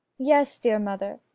yes, dear mother.